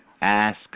ask